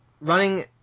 running